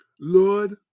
Lord